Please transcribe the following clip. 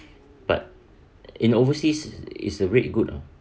but in overseas is the rate good ah